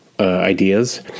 Ideas